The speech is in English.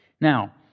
Now